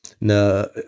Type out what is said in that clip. No